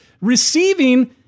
receiving